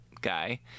guy